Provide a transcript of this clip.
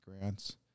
grants